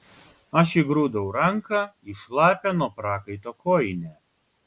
aš įgrūdau ranką į šlapią nuo prakaito kojinę